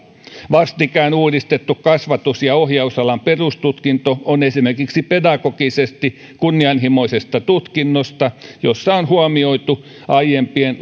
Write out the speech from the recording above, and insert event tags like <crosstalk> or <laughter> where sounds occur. vastikään uudistettu kasvatus ja ohjausalan perustutkinto on esimerkki pedagogisesti kunnianhimoisesta tutkinnosta jossa on huomioitu aiempien <unintelligible>